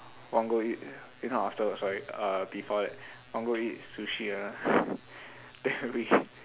want go eat if not afterwards sorry uh before that want go eat sushi ah then we